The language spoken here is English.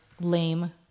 lame